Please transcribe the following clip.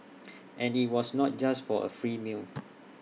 and IT was not just for A free meal